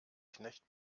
knecht